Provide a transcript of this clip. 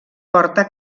porta